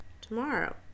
tomorrow